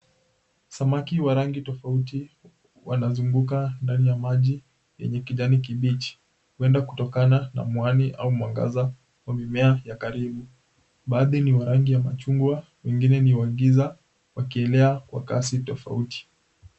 Samaki wa rangi tofauti wanazunguka ndani ya maji yenye kijani kibichi huenda kutokana na mwani au mwangaza wa mimea ya karibu, baadhi ni wa rangi ya machungwa wengine ni wa giza wakielea kwa kasi tofauti.